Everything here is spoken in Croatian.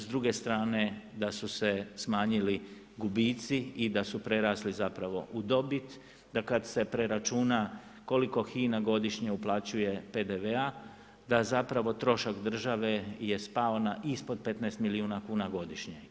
S druge strane da su se smanjili gubici i da su prerasli zapravo u dobit, da kad se preračuna koliko HINA godišnje uplaćuje PDV-a da zapravo trošak države je spao na ispod 15 milijuna kuna godišnje.